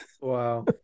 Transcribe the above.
Wow